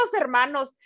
hermanos